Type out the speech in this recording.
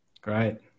Great